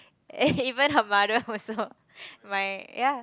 eh even her mother also my ya